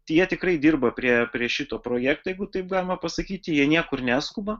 jie tikrai dirba prie prie šito projekto jeigu taip galima pasakyti jie niekur neskuba